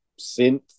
synth